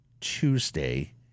Tuesday